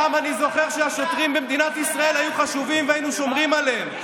אני זוכר שהשוטרים במדינת ישראל היו חשובים והיינו שומרים עליהם.